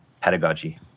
pedagogy